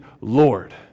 Lord